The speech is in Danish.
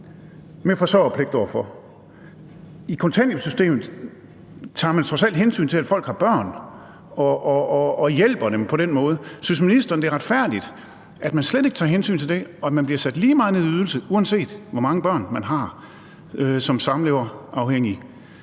har forsørgerpligt over for. I kontanthjælpssystemet tager man trods alt hensyn til, at folk har børn, og hjælper dem på den måde. Synes ministeren, det er retfærdigt, at man slet ikke tager hensyn til det, og at man bliver sat lige meget ned i ydelse, uanset hvor mange børn man har som samleverafhængig